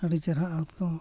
ᱟᱹᱰᱤ ᱪᱮᱨᱦᱟᱜᱼᱟ ᱛᱳ